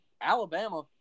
Alabama